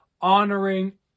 honoring